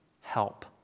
help